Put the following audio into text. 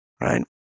right